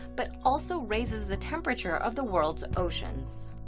but also raises the temperature of the world's oceans.